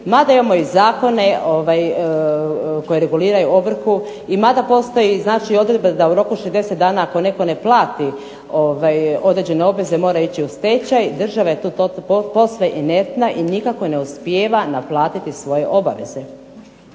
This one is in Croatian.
Mada imamo i zakone koji reguliraju ovrhu i mada postoji znači odredba da u roku 60 dana ako netko ne plati određene obveze mora ići u stečaj država je tu posve inertna i nikako joj ne uspijeva naplatiti svoje obaveze.